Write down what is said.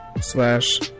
Slash